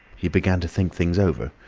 he began to think things over.